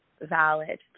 valid